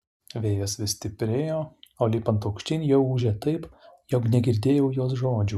vėjas vis stiprėjo o lipant aukštyn jau ūžė taip jog negirdėjau jos žodžių